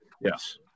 Yes